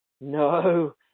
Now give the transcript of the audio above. No